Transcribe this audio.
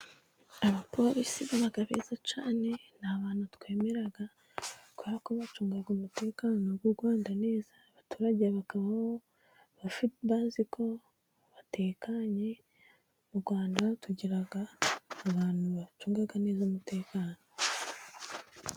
Abapolisi baba beza cyane ni abantu twemera kubera ko bacunga umutekano w'u Rwanda neza. Abaturage bakabaho bazi ko batekanye, mu Rwanda tugira abantu bacunga neza umutekano.